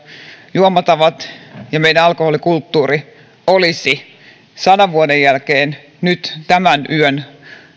juomatavat ja meidän alkoholikulttuuri olisi sadan vuoden jälkeen nyt tämän yön